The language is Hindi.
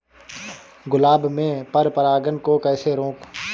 गुलाब में पर परागन को कैसे रोकुं?